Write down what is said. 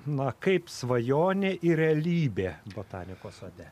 na kaip svajonė ir realybė botanikos sode